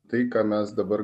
tai ką mes dabar